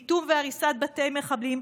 איטום והריסת בתי מחבלים,